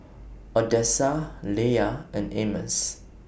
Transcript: Odessa Leia and Amos